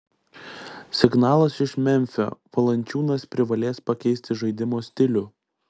signalas iš memfio valančiūnas privalės pakeisti žaidimo stilių